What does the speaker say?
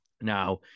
Now